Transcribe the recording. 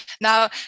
Now